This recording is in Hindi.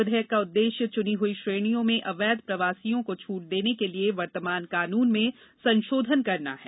विधेयक का उद्देश्य चुनी हुई श्रेणियों में अवैध प्रवासियों को छूट देने के लिए वर्तमान कानून में संशोधन करना है